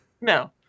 No